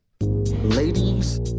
Ladies